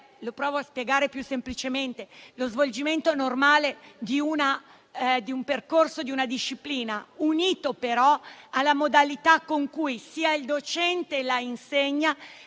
lo provo a spiegare più semplicemente - e cioè lo svolgimento normale di un percorso di una disciplina, unito però alla modalità con cui sia il docente la insegna